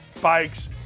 bikes